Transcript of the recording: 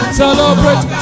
celebrate